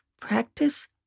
Practice